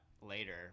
later